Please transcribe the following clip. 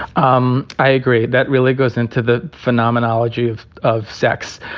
um i agree. that really goes into the phenomenology of of sex